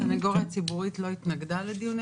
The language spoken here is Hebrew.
הסנגוריה הציבורית לא התנגדה לדיוני